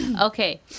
Okay